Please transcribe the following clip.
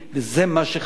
וזה מה שחשוב.